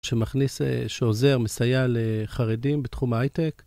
עדן איך את מרגישה היום?